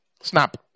snap